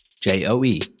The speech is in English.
J-O-E